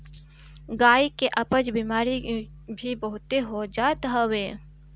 गाई के अपच के बेमारी भी बहुते हो जात हवे